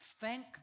thank